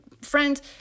Friends